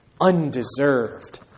undeserved